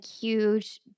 huge